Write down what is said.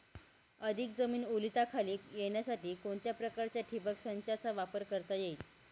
अधिक जमीन ओलिताखाली येण्यासाठी कोणत्या प्रकारच्या ठिबक संचाचा वापर करता येईल?